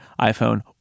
iphone